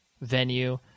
venue